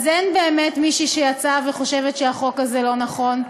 אין באמת מישהי שיצאה וחושבת שהחוק הזה לא נכון.